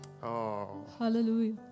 Hallelujah